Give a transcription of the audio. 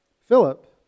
Philip